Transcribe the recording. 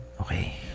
Okay